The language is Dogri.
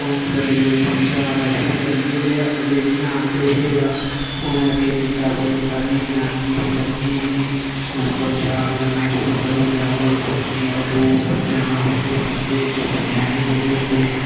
पुंछ रजौरी बिचा आना शुरू करी गे ते अंदरें जि'यां औंदे हे ते उ'नें केह् कीता बड़ी सारी जनानियें बचारियें ई उ'नें ई परेशान करना शुरू करी ओड़ेआ और कुड़ियें और लुट्ट मचाना उं'दे बंधे गैह्ने जेह्ड़े होंदे हे